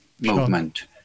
movement